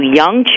young